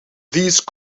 these